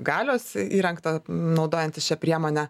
galios įrengta naudojantis šia priemone